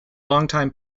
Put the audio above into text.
longtime